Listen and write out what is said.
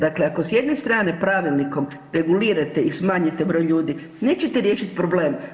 Dakle ako s jedne strane pravilnikom regulirate i smanjite broj ljudi nećete riješiti problem.